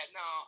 no